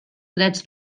drets